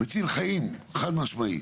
מציל חיים, חד משמעית.